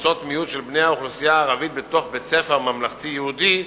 קבוצות מיעוט של בני האוכלוסייה הערבית בתוך בית-ספר ממלכתי יהודי,